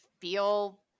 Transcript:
feel